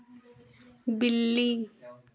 बिल्ली